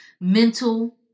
mental